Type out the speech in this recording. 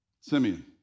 Simeon